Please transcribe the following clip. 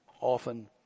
Often